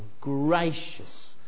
gracious